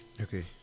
Okay